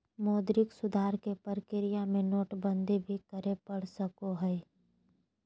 मौद्रिक सुधार के प्रक्रिया में नोटबंदी भी करे पड़ सको हय